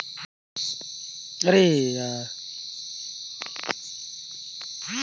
सरकार कती ले मइनसे मन कर कमई म टेक्स लेथे अउ जाएत बिसाए में टेक्स लेहल जाथे